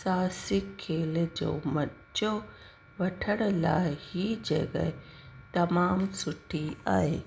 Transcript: साहस्य खेल जो मज़ो वठण लाइ हीअ जॻहि तमामु सुठी आहे